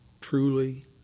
truly